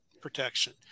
protection